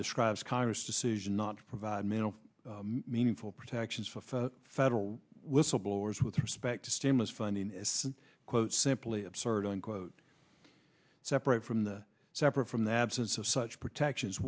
describes congress decision not to provide meaningful protections for federal whistleblowers with respect to stimulus funding since quote simply absurd unquote separate from the separate from the absence of such protections